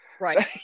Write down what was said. right